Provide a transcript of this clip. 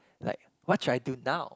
like what should I do now